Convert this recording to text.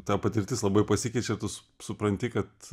ta patirtis labai pasikeičia tu su supranti kad